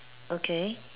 okay